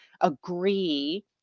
agree